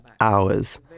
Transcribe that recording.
hours